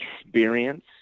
experience